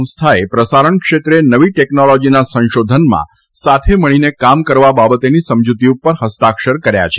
સંસ્થાએ પ્રસારણના ક્ષેત્રે નવી ટેકનોલોજીના સંશોધનમાં સાથે મળીને કામ કરવા બાબતેની સમજૂતી ઉપર ફસ્તાક્ષર કર્યા છે